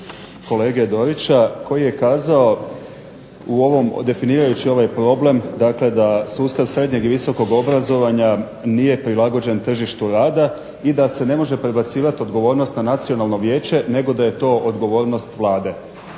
kolege Dorića koji je kazao definirajući ovaj problem, dakle da sustav srednjeg i visokog obrazovanja nije prilagođen tržištu rada i da se ne može prebacivat odgovornost na Nacionalno vijeće nego da je to odgovornost Vlade.